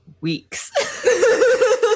weeks